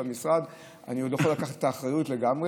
במשרד אני עוד לא יכול לקחת את האחריות לגמרי,